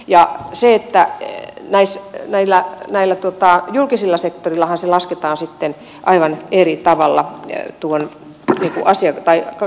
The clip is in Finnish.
ja se että naiset meillä näille tuottaa julkisella sektorillahan se lasketaan sitten aivan eri tavalla tuon kansalaisten määrän mukaisesti